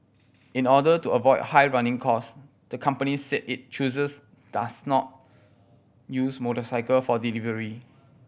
in order to avoid high running cost the company said it chooses does not use motorcycle for delivery